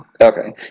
Okay